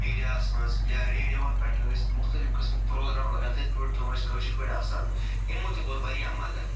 میٖڈیاہَس منٛز یا رٮ۪ڈیووَن پٮ۪ٹھ ٲسۍ مُختلِف قٕسمٕکۍ پرٛوگرام لَگان تٔتھۍ پٮ۪ٹھ تِم ٲسۍ کٲشِر پٲٹھۍ آسان یِمو تہِ کوٚر واریاہ مَدتھ